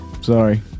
sorry